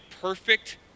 perfect